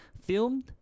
filmed